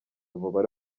umubare